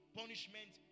punishment